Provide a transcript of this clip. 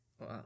Wow